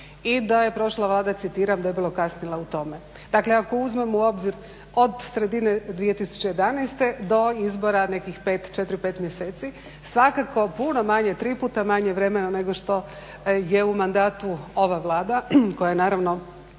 i da je prošla Vlada, citiram "debelo kasnila u tome". Dakle, ako uzmemo u obzir od sredine 2011. do izbora nekih 4, 5 mjeseci svakako puno manje, tri puta manje vremena nego što je u mandatu ova Vlada koja je naravno